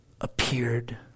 appeared